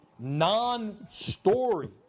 non-story